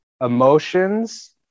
emotions